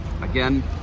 again